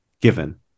given